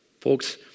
Folks